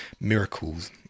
miracles